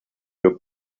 für